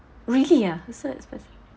really ah so expensive